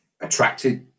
attracted